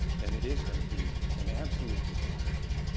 then it is going to be an absolute catastrophe.